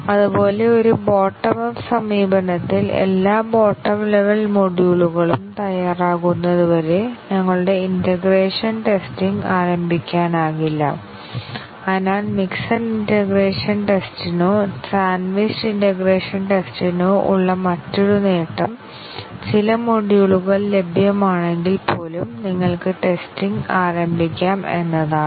അതുപോലെ ഒരു bottom up സമീപനത്തിൽ എല്ലാ ബോട്ടം ലെവൽ മൊഡ്യൂളുകളും തയ്യാറാകുന്നതുവരെ ഞങ്ങളുടെ ഇന്റേഗ്രേഷൻ ടെസ്റ്റിങ് ആരംഭിക്കാനാകില്ല അതിനാൽ മിക്സഡ് ഇന്റഗ്രേഷൻ ടെസ്റ്റിനോ സാൻഡ്വിച്ച്ഡ് ഇന്റഗ്രേഷൻ ടെസ്റ്റിനോ ഉള്ള മറ്റൊരു നേട്ടം ചില മൊഡ്യൂളുകൾ ലഭ്യമാണെങ്കിൽ പോലും നിങ്ങൾക്ക് ടെസ്റ്റിങ് ആരംഭിക്കാം എന്നതാണ്